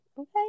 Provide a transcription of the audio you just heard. okay